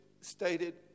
stated